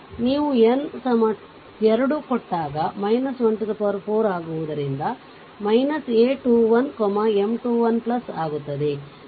ನೀವು n2 ಕೊಟ್ಟಾಗ 14 ಆಗುವುದರಿಂದ a 21 M 21 ಆಗುತ್ತದೆ